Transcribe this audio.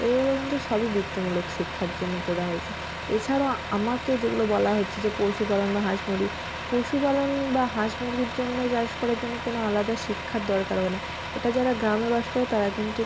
এগুলো কিন্তু সবই বৃত্তিমূলক শিক্ষার জন্য করা হয়েছে এছাড়াও আমাকে যেগুলো বলা হচ্ছে যে পশুপালন বা হাঁস মুরগি পশুপালন বা হাঁস মুরগির জন্য চাষ করার জন্য কোনো আলাদা শিক্ষার দরকার হবে না এটা যারা গ্রামে বাস করে তারা কিন্তু